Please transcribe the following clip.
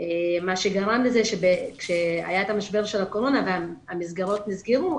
וזה גרם לכך שכשהיה משבר הקורונה והמסגרות נסגרו,